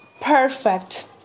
perfect